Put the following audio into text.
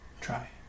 Try